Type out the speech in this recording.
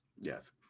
Yes